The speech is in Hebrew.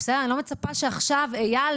אני לא מצפה שעכשיו אייל